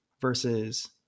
versus